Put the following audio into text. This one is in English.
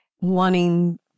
wanting